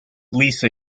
lisa